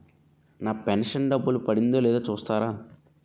నా pension డబ్బులు పడిందో లేదో చూస్తారా?